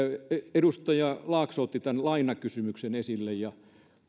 edustaja laakso otti tämän lainakysymyksen esille ja